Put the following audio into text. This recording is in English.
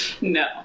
No